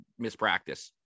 mispractice